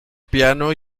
piano